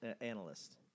analyst